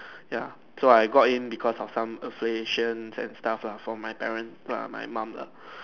ya so I got in because of some affiliation and stuff lah from my parent lah my mom lah